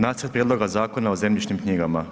Nacrt prijedloga Zakona o zemljišnim knjigama.